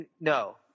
No